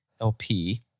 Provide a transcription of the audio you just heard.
LP